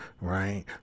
right